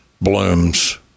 blooms